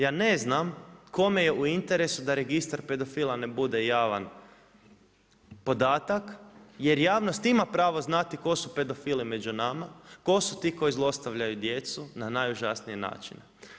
Ja ne znam kome je u interesu da registar pedofila ne bude javan podatak jer javnost ima pravo znati tko su pedofili među nama, tko su ti koji zlostavljaju djecu na najužasniji način.